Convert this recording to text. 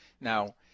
Now